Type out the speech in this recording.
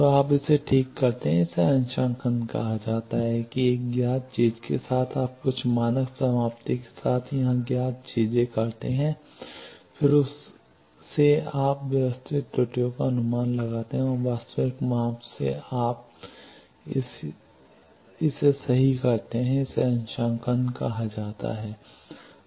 तो आप इसे ठीक करते हैं इसे अंशांकन कहा जाता है कि एक ज्ञात चीज़ के साथ आप कुछ मानक समाप्ति के साथ यहाँ ज्ञात चीज़ करते हैं फिर उस से आप व्यवस्थित त्रुटियों का अनुमान लगाते हैं और वास्तविक माप में आप इसे लिए सही करते हैं इसे अंशांकन कहा जाता है